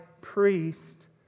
priest